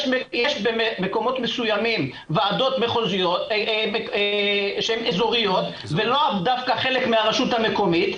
יש במקומות מסוימים ועדות שהן אזוריות ולאו דווקא חלק מהרשות המקומית,